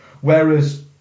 Whereas